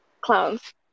clowns